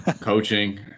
Coaching